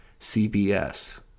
CBS